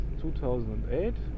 2008